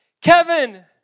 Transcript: kevin